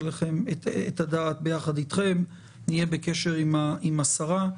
את החקיקה הזאת במהירות,